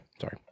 sorry